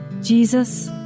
Jesus